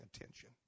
attention